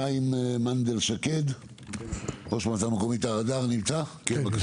חיים מנדל שקד, ראש מועצה מקומית הר אדר, בקצרה.